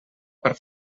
per